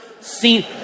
seen